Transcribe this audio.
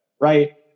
right